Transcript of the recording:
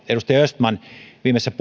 edustaja östman viimeisessä